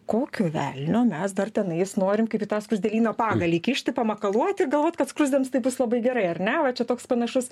kokio velnio mes dar tenais norim kaip į tą skruzdėlyną pagalį kišti pamakaluoti ir galvot kad skruzdėms tai bus labai gerai ar ne va čia toks panašus